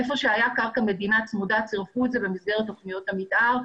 איפה שהייתה קרקע מדינה צמודה צירפו את זה במסגרת תוכניות המתאר,